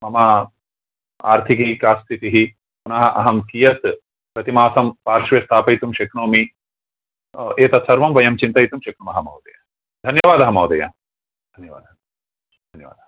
मम आर्थिकी का स्थितिः पुनः अहं कियत् प्रतिमासं पार्श्वे स्थापयितुं शक्नोमि एतत्सर्वं वयं चिन्तयितुं शक्नुमः महोदय धन्यवादः महोदय धन्यवादाः धन्यवादाः